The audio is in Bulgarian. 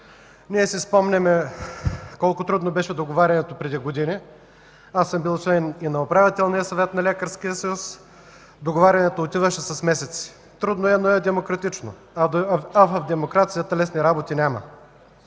Ние си спомняме колко трудно беше договарянето преди години. Аз съм бил член и на Управителния съвет на Лекарския съюз, договарянето отиваше с месеци. Трудно е, но е демократично, а в демокрацията лесни работи няма